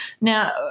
Now